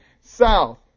south